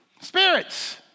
Spirits